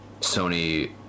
Sony